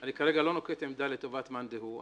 אני כרגע לא נוקט עמדה לטובת מאן דהו,